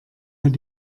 hat